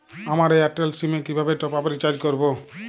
আমার Airtel SIM এ কিভাবে টপ আপ রিচার্জ করবো?